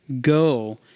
Go